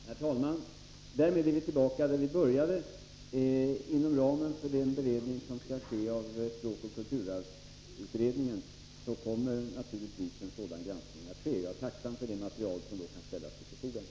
Herr talman! Därmed är vi tillbaka där vi började. Inom ramen för den beredning som skall göras av språkoch kulturarvsutredningen kommer naturligtvis en sådan granskning att ske. Jag är tacksam för det material som då kan ställas till förfogande.